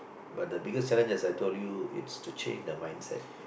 but the biggest seven as I told you is to change the mindset